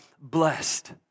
blessed